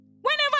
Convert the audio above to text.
Whenever